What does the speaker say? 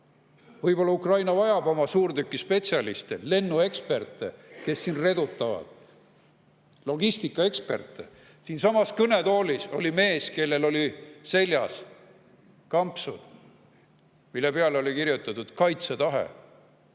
Võib-olla Ukraina vajab oma suurtükispetsialiste, lennueksperte, kes siin redutavad, ja logistikaeksperte. Siinsamas kõnetoolis oli mees, kellel oli seljas kampsun, mille peale oli kirjutatud "Kaitsetahe".